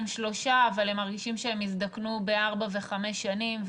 שלושה אבל הם מרגישים שהם הזדקנו בארבע וחמש שנים,